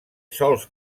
sòls